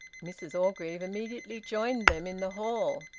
mrs orgreave immediately joined them in the hall.